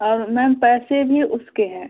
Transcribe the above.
और मैम पैसे भी उसके हैं